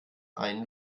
einen